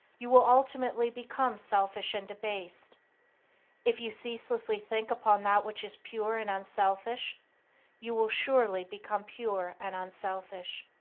you will ultimately become selfish and debased if you ceaselessly think upon that which is pure and unselfish you will surely become pure and unselfish.